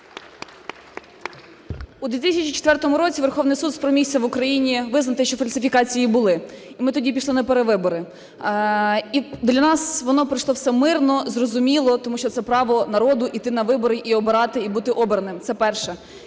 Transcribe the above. У 2004 році Верховний Суд спромігся в Україні визнати, що фальсифікації були, і ми тоді пішли на перевибори. І для нас воно пройшло все мирно, зрозуміло, тому що це право народу – йти на вибори і обирати, і бути обраним. Це перше.